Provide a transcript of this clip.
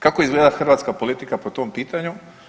Kako izgleda hrvatska politika po tom pitanju?